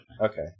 Okay